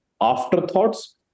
afterthoughts